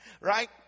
right